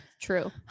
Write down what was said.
true